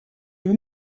vous